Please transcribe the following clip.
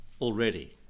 already